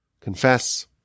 confess